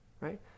right